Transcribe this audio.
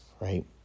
right